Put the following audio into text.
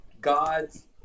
Gods